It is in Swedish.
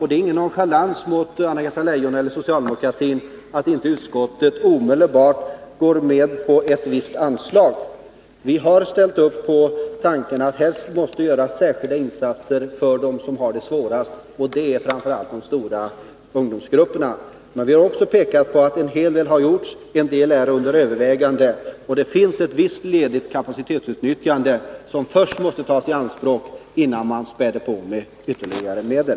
Det är ingen nonchalans mot Anna-Greta Leijon eller socialdemokratin att inte utskottet omedelbart går med på ett visst anslag. Vi har ställt upp bakom tanken att här måste göras särskilda insatser för dem som har det svårast, och det är framför allt de stora ungdomsgrupperna. Men vi har också pekat på att en hel del har gjorts. En del är under övervägande, och det finns viss ledig kapacitet som först måste tas i anspråk innan man späder på med ytterligare medel.